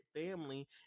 family